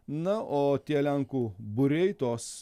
na o tie lenkų būriai tos